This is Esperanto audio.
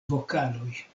vokaloj